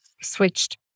switched